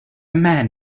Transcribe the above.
man